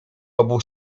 obu